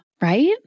right